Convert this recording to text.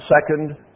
second